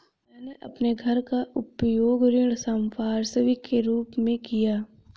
मैंने अपने घर का उपयोग ऋण संपार्श्विक के रूप में किया है